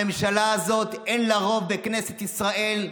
הממשלה הזאת אין לה רוב בכנסת ישראל.